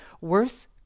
worse